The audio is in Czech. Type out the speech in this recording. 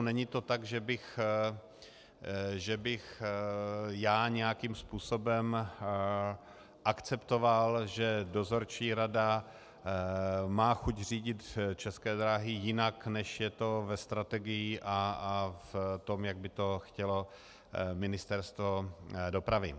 Není to tak, že bych já nějakým způsobem akceptoval, že dozorčí rada má chuť řídit České dráhy jinak, než je to ve strategii a v tom, jak by to chtělo Ministerstvo dopravy.